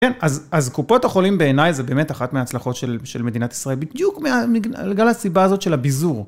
כן, אז אז קופות החולים בעיניי זה באמת אחת מההצלחות של של מדינת ישראל, בדיוק בגלל הסיבה הזאת של הביזור.